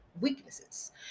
weaknesses